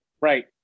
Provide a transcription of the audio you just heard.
right